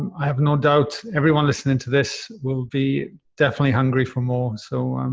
i have no doubt everyone listening to this will be definitely hungry for more. so,